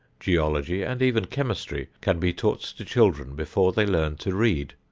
geology and even chemistry can be taught to children before they learn to read,